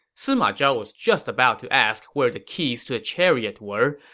sima zhao was just about to ask where the keys to the chariot were,